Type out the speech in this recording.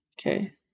okay